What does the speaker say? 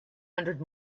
hundred